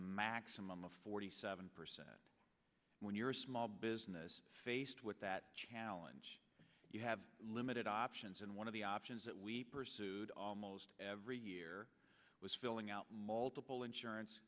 maximum of forty seven percent when you're a small business faced with that challenge you have limited options and one of the options that we pursued almost every year was filling out multiple insurance